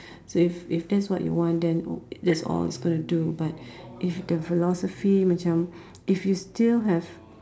so if if that's what you want then that's all it's going to do but if the philosophy macam if you still have